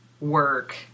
work